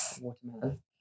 Watermelon